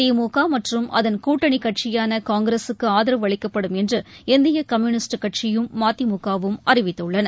திமுக மற்றும் அதன் கூட்டணிக் கட்சியான காங்கிரஸூக்கு ஆதரவு அளிக்கப்படும் என்று இந்திய கம்யூனிஸ்ட் கட்சியும் மதிமுகவும் அறிவித்துள்ளன